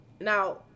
Now